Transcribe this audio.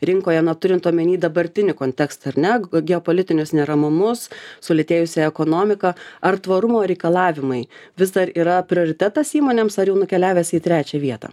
rinkoje na turint omeny dabartinį kontekstą ar ne geopolitinius neramumus sulėtėjusią ekonomiką ar tvarumo reikalavimai vis dar yra prioritetas įmonėms ar jau nukeliavęs į trečią vietą